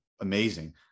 amazing